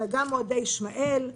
אלא גם מועדי ישמעאל,